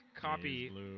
copy